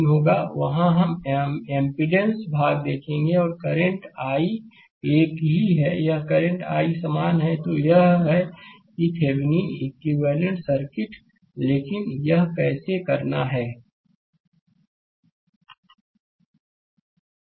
Glossaryशब्दकोश English Word Word Meaning Source transformation source transformation स्रोत परिवर्तन Answer answer उत्तर video lecture video lecture video व्याख्यान variable variable चर thevenin Thevenin Thevenin input input डालना house hold household घरेलू telegraph telegraph तार homogeneity homogeneity समरूपता engineer engineer अभियंता resistor रजिस्टर प्रतिरोध impedance एमपीडांस प्रतिबाधा equivalent इक्विवेलेंट समतुल्य